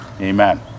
amen